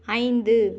ஐந்து